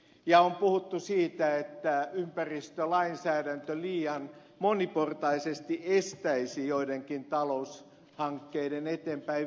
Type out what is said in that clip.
on puhuttu siitä että ympäristölainsäädäntö liian moniportaisesti estäisi joidenkin taloushankkeiden eteenpäinviemistä